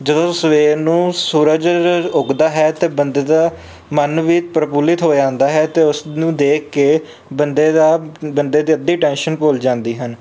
ਜਦੋਂ ਸਵੇਰ ਨੂੰ ਸੂਰਜ ਉੱਗਦਾ ਹੈ ਤਾਂ ਬੰਦੇ ਦਾ ਮਨ ਵੀ ਪ੍ਰਫੁੱਲਿਤ ਹੋ ਜਾਂਦਾ ਹੈ ਅਤੇ ਉਸ ਨੂੰ ਦੇਖ ਕੇ ਬੰਦੇ ਦਾ ਬੰਦੇ ਦੀ ਅੱਧੀ ਟੈਨਸ਼ਨ ਭੁੱਲ ਜਾਂਦੀ ਹਨ